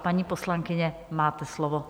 Paní poslankyně, máte slovo.